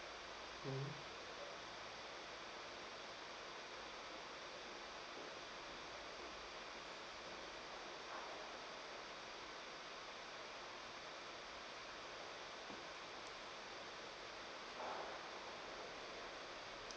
mm